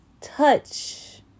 touch